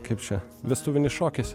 kaip čia vestuvinis šokis